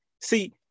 See